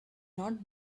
not